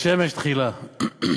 בית-שמש תחילה.